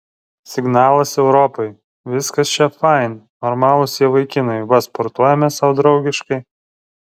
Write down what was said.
signalas europai viskas čia fain normalūs jie vaikinai va sportuojame sau draugiškai